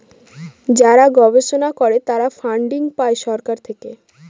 যারা গবেষণা করে তারা ফান্ডিং পাই সরকার থেকে